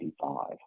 1985